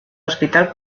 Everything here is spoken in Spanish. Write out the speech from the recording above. hospital